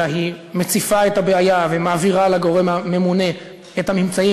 אלא היא מציפה את הבעיה ומעבירה לגורם הממונה את הממצאים,